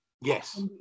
Yes